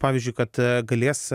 pavyzdžiui kad galės